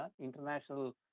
international